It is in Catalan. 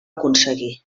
aconseguir